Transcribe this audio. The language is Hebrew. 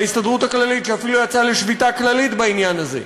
וההסתדרות הכללית שאפילו יצאה לשביתה כללית בעניין הזה.